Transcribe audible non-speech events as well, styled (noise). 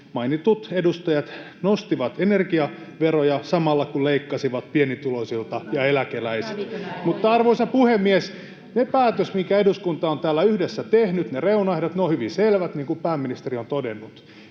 mainitut edustajat nostivat energiaveroja samalla kun leikkasivat pienituloisilta ja eläkeläisiltä. (noise) Arvoisa puhemies! Sen päätöksen mukaan, minkä eduskunta on täällä yhdessä tehnyt, ne reunaehdot ovat hyvin selvät, niin kuin pääministeri on todennut,